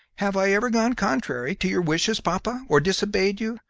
have i ever gone contrary to your wishes, papa, or disobeyed you?